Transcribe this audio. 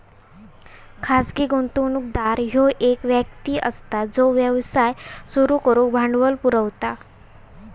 खाजगी गुंतवणूकदार ह्यो एक व्यक्ती असता जो व्यवसाय सुरू करुक भांडवल पुरवता